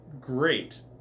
great